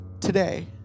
Today